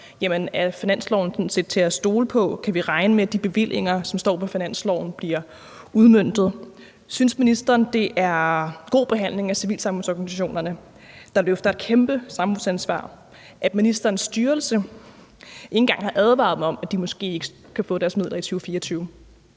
om finansloven sådan set er til at stole på. Kan vi regne med, at de bevillinger, som står på finansloven, bliver udmøntet? Synes ministeren, det er god behandling af civilsamfundsorganisationerne, der løfter et kæmpe samfundsansvar, at ministerens styrelse ikke engang har advaret dem om, at de måske ikke kan få deres midler i 2024?